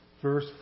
Verse